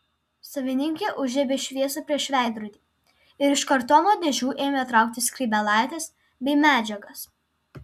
savininkė užžiebė šviesą prieš veidrodį ir iš kartono dėžių ėmė traukti skrybėlaites bei medžiagas